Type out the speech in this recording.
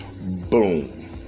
Boom